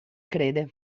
crede